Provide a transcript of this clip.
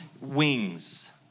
wings